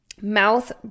mouth